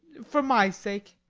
for my sake.